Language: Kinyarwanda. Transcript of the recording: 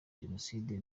jenoside